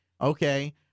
okay